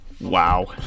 Wow